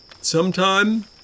sometime